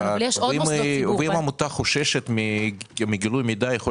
אם עמותה חוששת מגילוי מידע,